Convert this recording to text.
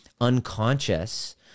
unconscious